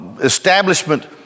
establishment